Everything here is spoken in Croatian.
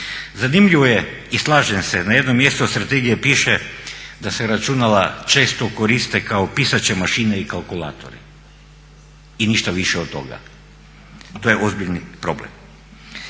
Zanimljivo je i slažem se na jednom mjestu u strategiji piše da se računala često koriste kao pisaće mašine i kalkulatori i ništa više od toga, to je ozbiljni problem.